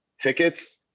Tickets